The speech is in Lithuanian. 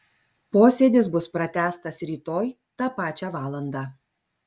posėdis bus pratęstas rytoj tą pačią valandą